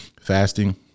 fasting